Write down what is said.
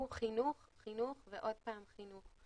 הוא חינוך, חינוך ועוד פעם חינוך.